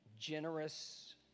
generous